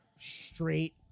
Straight